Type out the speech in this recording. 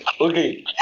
Okay